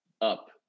up